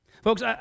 Folks